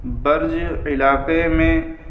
برج علاقے میں